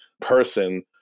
person